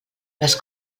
les